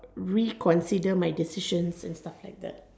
reconsider my decisions and stuff like that